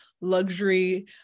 luxury